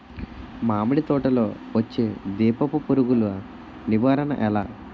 మామిడి తోటలో వచ్చే దీపపు పురుగుల నివారణ ఎలా?